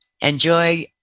Enjoy